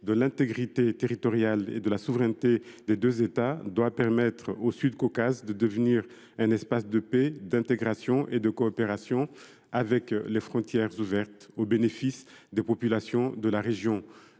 de l’intégrité territoriale et de la souveraineté des deux États, doit permettre au Sud Caucase de devenir un espace de paix, d’intégration et de coopération, avec des frontières ouvertes, au bénéfice des populations de la région.